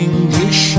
English